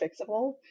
fixable